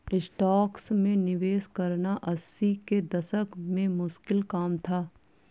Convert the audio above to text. stocks में निवेश करना अस्सी के दशक में मुश्किल काम था